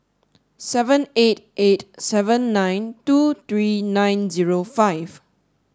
seven eight eight seven nine two three nine zero five